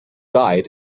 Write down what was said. died